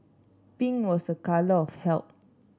pink was a colour of health